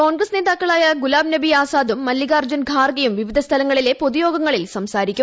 കോൺഗ്രസ് നേതാക്കളായ ഗുലാംനബി ആസാദും മല്ലികാർജുൻ ഗാർഗെയും വിവിധ സ്ഥലങ്ങളിലെ പൊതുയോഗങ്ങളിൽ സംസാരിക്കും